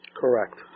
Correct